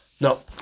No